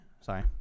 sorry